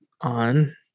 on